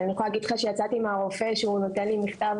אני יכולה להגיד לך שיצאתי מהרופא שהביא לי מכתב